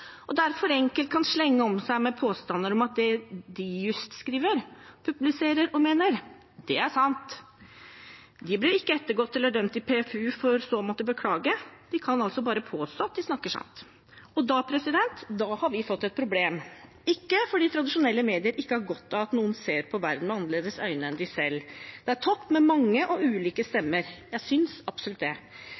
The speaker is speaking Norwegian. og derfor enkelt kan slenge om seg med påstander om at det nettopp de skriver, publiserer og mener, er sant. De blir ikke ettergått eller dømt i PFU for så å måtte beklage. De kan altså bare påstå at de snakker sant. Da har vi fått et problem, ikke fordi tradisjonelle medier ikke har godt av at noen ser på verden med annerledes øyne enn dem selv – det er topp med mange og ulike stemmer, jeg synes absolutt det,